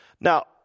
Now